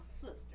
sister